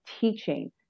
teaching